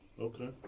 Okay